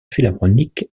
philharmonique